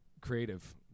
creative